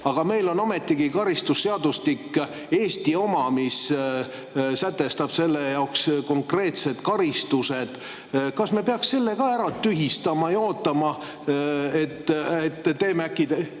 aga meil on ometigi Eesti oma karistusseadustik, mis sätestab selle jaoks konkreetsed karistused. Kas me peaksime selle ka ära tühistama ja ootama, et teeme äkki